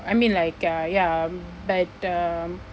I mean like uh ya but um